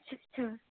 ਅੱਛਾ ਅੱਛਾ